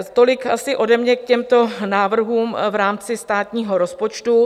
Tolik asi ode mě k těmto návrhům v rámci státního rozpočtu.